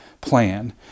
plan